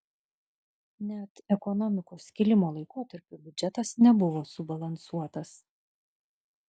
net ekonomikos kilimo laikotarpiu biudžetas nebuvo subalansuotas